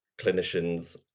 clinicians